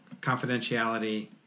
Confidentiality